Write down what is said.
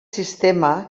sistema